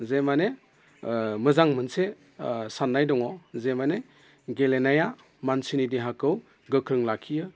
जे माने मोजां मोनसे साननाय दङ जे माने गेलेनाया मानसिनि देहाखौ गोख्रों लाखियो